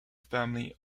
family